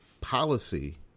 policy